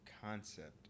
concept